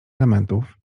elementów